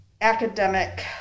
academic